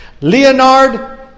Leonard